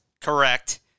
correct